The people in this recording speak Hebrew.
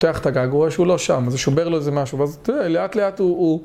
פותח את הגג, הוא רואה שהוא לא שם, אז זה שובר לו איזה משהו, ואז אתה יודע, לאט לאט הוא...